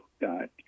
God